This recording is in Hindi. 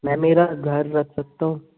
मैं मेरा घर रख सकता हूँ